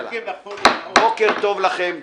בוקר טוב לכם.